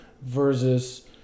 versus